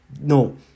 No